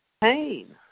pain